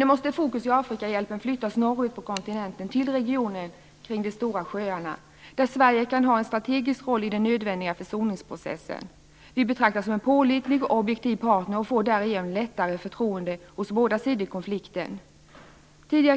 Nu måste fokus i Afrikahjälpen flyttas norrut på kontinenten, till regionen kring de stora sjöarna. Sverige kan i det sammanhanget spela en strategisk roll i den nödvändiga försoningsprocessen. Vi betraktas som en pålitlig och objektiv partner och får därigenom lättare förtroende hos båda sidor i konflikten.